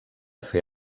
fer